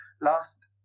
Last